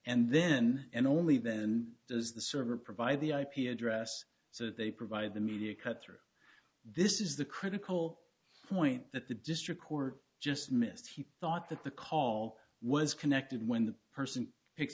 and then and only then does the server provide the ip address so that they provide the media cut through this is the critical point that the district court just missed he thought that the call was connected when the person